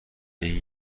این